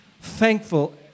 thankful